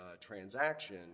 transaction